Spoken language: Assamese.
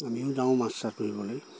আমিও যাওঁ মাছ চাছ ধৰিবলৈ